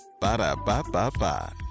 Ba-da-ba-ba-ba